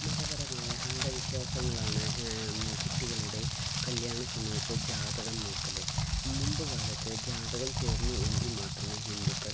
മതപരമായ അന്ധവിശ്വാസങ്ങളാണ് കുട്ടികളുടെ കല്യാണ സമയത്ത് ജാതകം നോക്കല് മുമ്പു കാലത്ത് ജാതകം ചേർന്നു എങ്കിൽ മാത്രമേ ഹിന്ദുക്കൾ